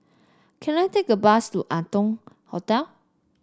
can I take a bus to Arton Hotel